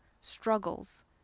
struggles